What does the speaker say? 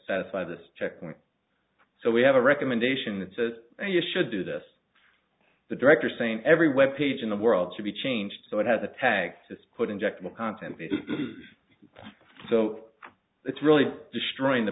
satisfy this check and so we have a recommendation that says you should do this the director saying every web page in the world should be changed so it has a tag has put injectable content so it's really destroying the